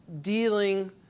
dealing